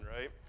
right